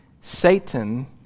Satan